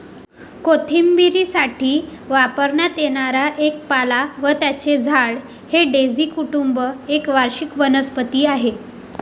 कोशिंबिरीसाठी वापरण्यात येणारा एक पाला व त्याचे झाड हे डेझी कुटुंब एक वार्षिक वनस्पती आहे